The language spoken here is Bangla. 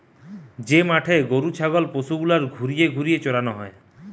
যে মাঠে গরু ছাগল পশু গুলার ঘুরিয়ে ঘুরিয়ে চরানো হয়